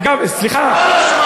אגב, סליחה, מה לא שמעת?